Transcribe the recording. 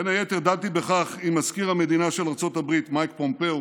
בין היתר דנתי בכך עם מזכיר המדינה של ארצות הברית מייק פומפאו